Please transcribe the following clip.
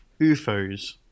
UFOs